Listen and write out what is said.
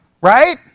right